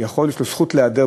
קארין אלהרר,